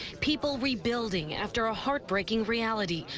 people rebuilding after a heart breaking reality,